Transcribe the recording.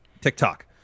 TikTok